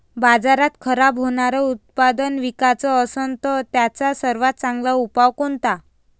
बाजारात खराब होनारं उत्पादन विकाच असन तर त्याचा सर्वात चांगला उपाव कोनता?